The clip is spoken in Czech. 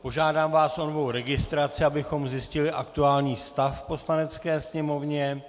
Požádám vás o novou registraci, abychom zjistili aktuální stav v Poslanecké sněmovně.